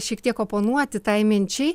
šiek tiek oponuoti tai minčiai